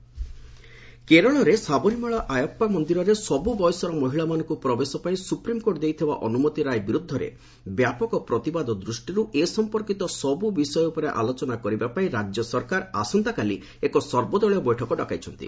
ସାମରିମାଳା କେରଳରେ ସାବରିମାଳା ଆୟପ୍ସା ମନ୍ଦିରରେ ସବୁ ବୟସର ମହିଳାମାନଙ୍କୁ ପ୍ରବେଶ ପାଇଁ ସୁପ୍ରିମ୍କୋର୍ଟ ଦେଇଥିବା ଅନୁମତି ରାୟ ବିରୁଦ୍ଧରେ ବ୍ୟାପକ ପ୍ରତିବାଦ ଦୃଷ୍ଟିରୁ ଏ ସମ୍ପର୍କୀତ ସବୁ ବିଷୟ ଉପରେ ଆଲୋଚନା କରିବା ପାଇଁ ରାଜ୍ୟ ସରକାର ଆସନ୍ତାକାଲି ଏକ ସର୍ବଦଳୀୟ ବୈଠକ ଡକାଇଛନ୍ତି